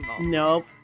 Nope